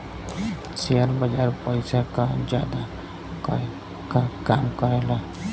share बाजार पइसा क जादा करे क काम करेला